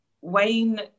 Wayne